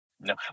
No